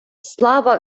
слава